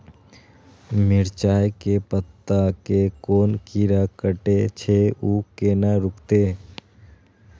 मिरचाय के पत्ता के कोन कीरा कटे छे ऊ केना रुकते?